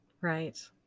Right